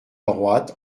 droite